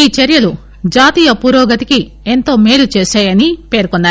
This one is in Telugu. ఈ చర్యలు జాతీయ పురోగతికి ఎంతో మేలు చేశాయని పేర్కొన్నారు